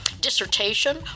dissertation